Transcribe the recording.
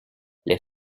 les